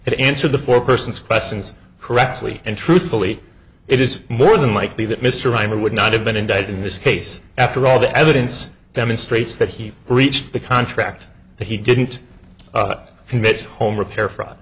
had answered the four persons questions correctly and truthfully it is more than likely that mr rymer would not have been indicted in this case after all the evidence demonstrates that he reached the contract that he didn't commit home repair fr